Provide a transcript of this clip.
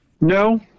No